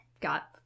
got